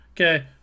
Okay